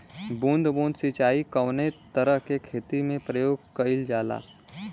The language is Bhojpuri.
बूंद बूंद सिंचाई कवने तरह के खेती में प्रयोग कइलजाला?